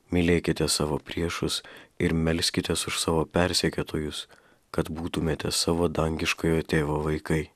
mylėkite savo priešus ir melskitės už savo persekiotojus kad būtumėte savo dangiškojo tėvo vaikai